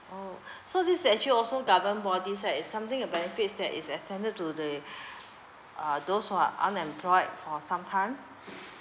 oh so this is actually also government bodies right it's something a benefit that is attended to the uh those who are unemployed or some times